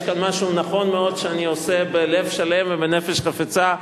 יש כאן משהו נכון מאוד שאני עושה בלב שלם ובנפש חפצה,